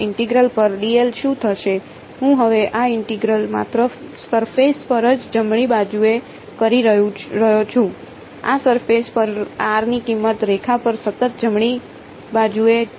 આ ઇન્ટિગ્રલ પર શું થશે હું હવે આ ઇન્ટિગ્રલ માત્ર સરફેસ પર જ જમણી બાજુએ કરી રહ્યો છું આ સરફેસ પર r ની કિંમત રેખા પર સતત જમણી બાજુએ છે